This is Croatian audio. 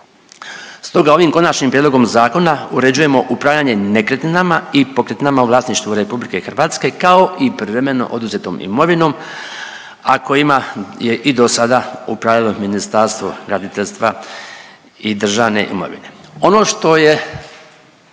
Stoga ovim konačnim prijedlog zakona uređujemo upravljanje nekretninama i pokretninama u vlasništvu RH kao i privremeno oduzetom imovinom, a kojima je i dosada upravljalo Ministarstvo graditeljstva i državne imovine.